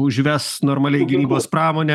užves normaliai gynybos pramonę